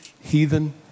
heathen